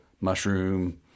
mushroom